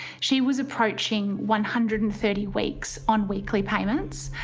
she was approaching one hundred and thirty weeks on weekly payments.